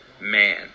man